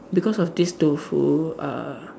because of this tofu uh